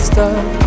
Stop